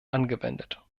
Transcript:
angewendet